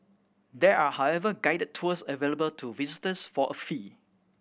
there are however guided tours available to visitors for a fee